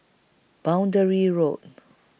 Boundary Road